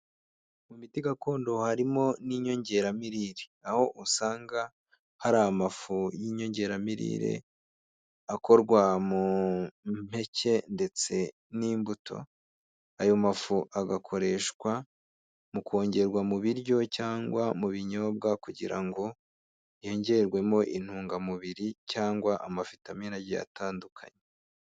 Mu miti gakondo harimo n'inyongeramirire aho usanga hari amafu y'inyongeramirire akorwa mu mpeke ndetse n'imbuto, ayo mafu agakoreshwa mu kongerwa mu biryo cyangwa mu binyobwa, kugira ngo yongerwemo intungamubiri cyangwa amavitamine atandukanye.